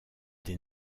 des